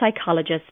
psychologist